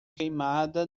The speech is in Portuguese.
queimada